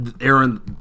aaron